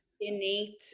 innate